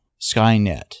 Skynet